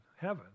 heaven